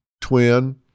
twin